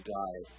die